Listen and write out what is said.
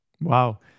Wow